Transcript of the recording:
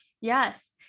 yes